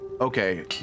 Okay